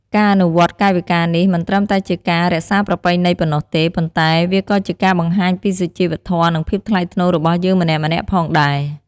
ការអនុវត្តកាយវិការនេះ មិនត្រឹមតែជាការរក្សាប្រពៃណីប៉ុណ្ណោះទេ ប៉ុន្តែវាក៏ជាការបង្ហាញពីសុជីវធម៌ និងភាពថ្លៃថ្នូររបស់យើងម្នាក់ៗផងដែរ។